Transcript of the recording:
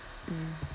mm